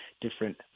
different